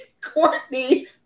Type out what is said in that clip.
Courtney